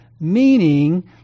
Meaning